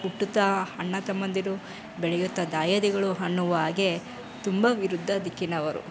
ಹುಟ್ಟುತ್ತಾ ಅಣ್ಣ ತಮ್ಮಂದಿರು ಬೆಳೆಯುತ್ತಾ ದಾಯಾದಿಗಳು ಅನ್ನುವ ಹಾಗೆ ತುಂಬ ವಿರುದ್ಧ ದಿಕ್ಕಿನವರು